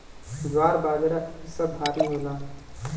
ज्वार बाजरा इ सब भारी होला